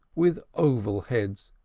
with oval heads,